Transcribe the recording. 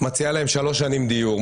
מציעה להם שלוש שנים דיור,